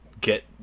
get